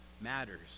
matters